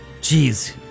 Jeez